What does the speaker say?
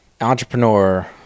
entrepreneur